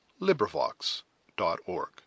LibriVox.org